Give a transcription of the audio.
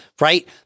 right